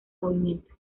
movimiento